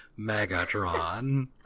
megatron